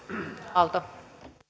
arvoisa